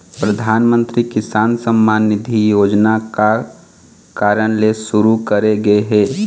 परधानमंतरी किसान सम्मान निधि योजना का कारन ले सुरू करे गे हे?